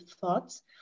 thoughts